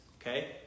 okay